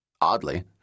Oddly